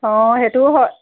অঁ সেইটোও হয়